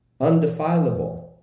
undefilable